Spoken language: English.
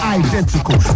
identical